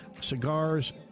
cigars